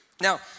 Now